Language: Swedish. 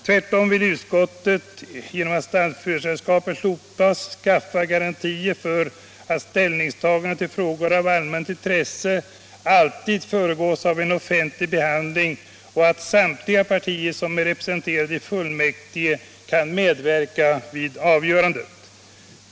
Tvärtom vill utskottet, genom att ställföreträdarskapet slopas, skapa garantier för att ställningstagande till frågor av allmänt intresse alltid föregås av en offentlig behandling och att samtliga partier som är representerade i fullmäktige kan medverka vid avgörandet.